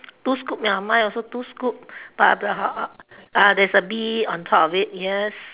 two scoop ya mine also two scoop but uh uh there's a bee on top of it yes